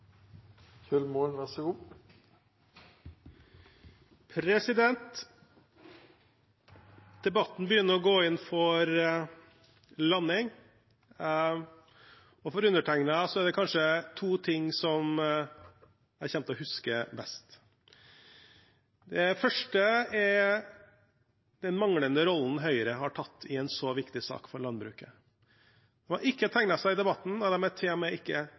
kanskje to ting jeg kommer til å huske best. Det første er den manglende rollen Høyre har tatt i en så viktig sak for landbruket. De har ikke tegnet seg i debatten, og de er ikke